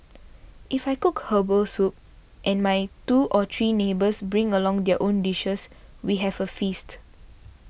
if I cook Herbal Soup and my two or three neighbours bring along their own dishes we have a feast